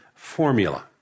formula